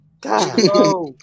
God